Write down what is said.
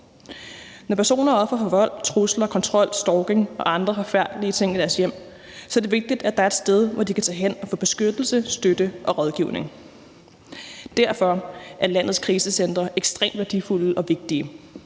Når personer er ofre for vold, trusler, kontrol, stalking og andre forfærdelige ting i deres hjem, er det vigtigt, at der er et sted, hvor de kan tage hen og få beskyttelse, støtte og rådgivning. Derfor er landets krisecentre ekstremt værdifulde og vigtige.